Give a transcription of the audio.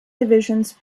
divisions